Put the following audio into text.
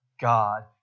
God